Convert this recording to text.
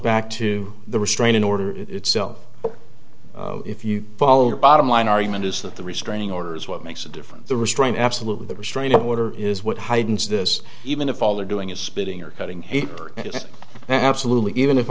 back to the restraining order itself if you follow her bottom line argument is that the restraining order is what makes a difference the restraint absolutely the restraining order is what haydn's this even if all they're doing is spitting or cutting he absolutely even if